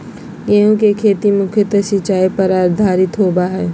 गेहूँ के खेती मुख्यत सिंचाई पर आधारित होबा हइ